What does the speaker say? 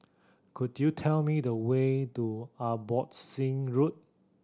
could you tell me the way to Abbotsingh Road